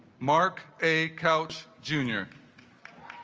marc a couch junior